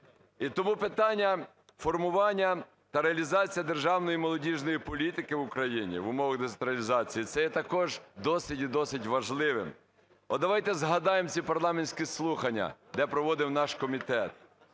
І тому питання формування та реалізація державної молодіжної політики в Україні в умовах децентралізації це є також досить і досить важливим. От давайте згадаємо ці парламентські слухання, де проводив наш комітет.